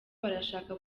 barashaka